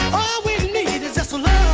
we need is just to love